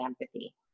empathy